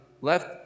left